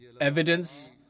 evidence